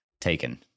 taken